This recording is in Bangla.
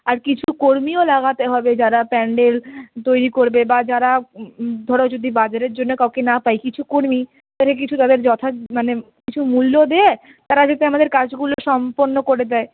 আর কিছু কর্মীও লাগাতে হবে যারা প্যান্ডেল তৈরি করবে বা যারা ধরো যদি বাজারের জন্য কাউকে না পাই কিছু কর্মী তাদের কিছু তাদের যথা মানে কিছু মূল্য দিয়ে তারা যদি আমাদের কাজগুলো সম্পন্ন করে দেয়